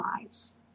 lies